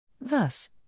Thus